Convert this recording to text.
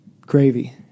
gravy